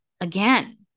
again